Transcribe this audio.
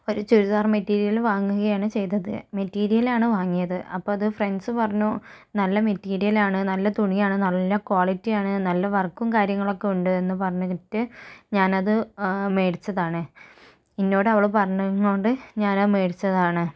ഒരു ചുരിദാർ മെറ്റീരിയൽ വാങ്ങുകയാണ് ചെയ്തത് മെറ്റീരിയൽ ആണ് വാങ്ങിയത് അപ്പം അത് ഫ്രണ്ട്സ് പറഞ്ഞു നല്ല മെറ്റീരിയലാണ് നല്ല തുണിയാണ് നല്ല ക്വാളിറ്റി ആണ് നല്ല വർക്കും കാര്യങ്ങളൊക്കെ ഉണ്ട് എന്ന് പറഞ്ഞിട്ട് ഞാനത് മേടിച്ചതാണ് എന്നോട് അവള് പറഞ്ഞത് കൊണ്ട് ഞാനത് മേടിച്ചതാണ്